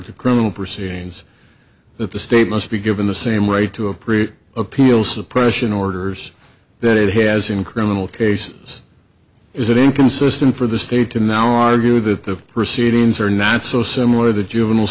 to criminal proceedings that the state must be given the same right to approve appeal suppression orders that it has in criminal cases is it inconsistent for the state to now argue that the proceedings are not so similar the juveniles